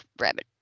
rabbit